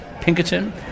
Pinkerton